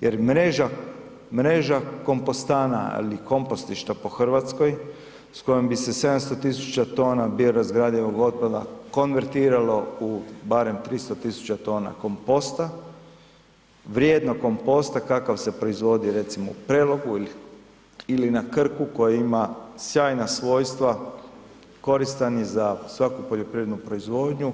Jer mreža kompostana ali i kompostišta po Hrvatskoj s kojom bi se 700.000 tona bio razgradivog otpada konvertiralo barem u 300.000 tona komposta vrijednog komposta kakav se proizvodi recimo u Prelogu ili na Krku koji ima sjajna svojstva, koristan je za svaku poljoprivrednu proizvodnju